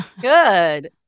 Good